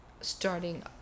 starting